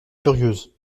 furieuse